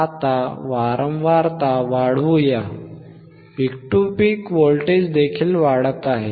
आता वारंवारता वाढवूया पीक टू पीक व्होल्टेज देखील वाढत आहे